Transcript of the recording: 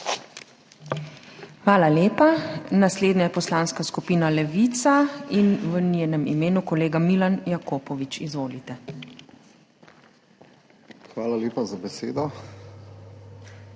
Hvala lepa. Naslednja je Poslanska skupina Levica in v njenem imenu kolega Milan Jakopovič. Izvolite. MILAN JAKOPOVIČ